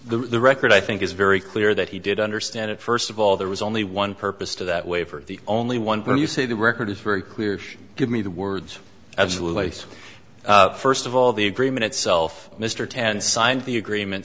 the record i think is very clear that he did understand it first of all there was only one purpose to that waiver the only one where you say the record is very clear give me the words absolutely so first of all the agreement itself mr tan signed the agreement